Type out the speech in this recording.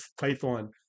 Python